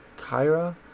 Kyra